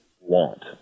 want